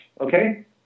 okay